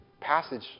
passage